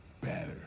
better